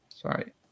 Sorry